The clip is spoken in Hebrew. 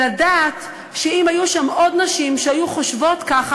לדעת שאם היו שם עוד נשים שהיו חושבות ככה,